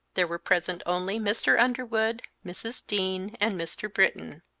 there were present only mr. underwood, mrs. dean, and mr. britton.